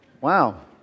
Wow